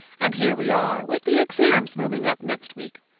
and here we are, with the exams looming up next week.